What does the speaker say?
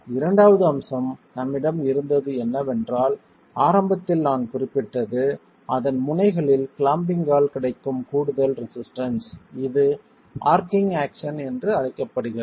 இரண்டாவது அம்சம் நம்மிடம் இருந்தது என்னவென்றால் ஆரம்பத்தில் நான் குறிப்பிட்டது அதன் முனைகளில் கிளாம்பிங் ஆல் கிடைக்கும் கூடுதல் ரெசிஸ்டன்ஸ் இது ஆர்க்கிங் ஆக்ஷன் என்று அழைக்கப்படுகிறது